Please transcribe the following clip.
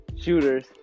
shooters